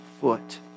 foot